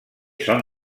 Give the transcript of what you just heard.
són